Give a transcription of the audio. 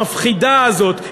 המפחידה הזאת,